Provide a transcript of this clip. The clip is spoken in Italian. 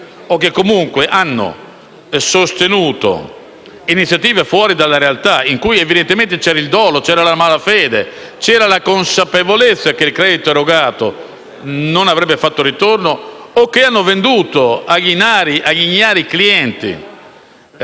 o che comunque hanno sostenuto iniziative fuori dalla realtà, in cui evidentemente c'erano dolo, malafede e la consapevolezza che il credito erogato non avrebbe fatto ritorno, o che hanno venduto agli ignari clienti